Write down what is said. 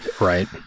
right